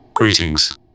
Greetings